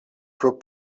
pro